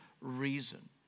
reason